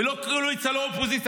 לא קואליציה, לא אופוזיציה.